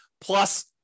Plus